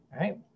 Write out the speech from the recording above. right